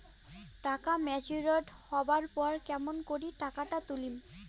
টাকা ম্যাচিওরড হবার পর কেমন করি টাকাটা তুলিম?